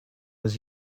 was